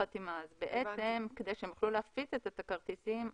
כדי שהם יוכלו להפיץ את הכרטיסים,